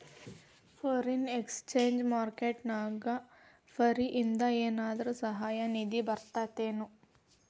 Foreign exchange market ನ್ಯಾಗ ಫಾರಿನಿಂದ ಏನರ ಸಹಾಯ ನಿಧಿ ಬರ್ತದೇನು?